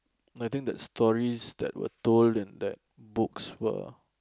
I think the stories that were told in that books were